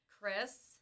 chris